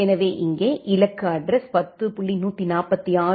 எனவே இங்கே இலக்கு அட்ட்ரஸ் 10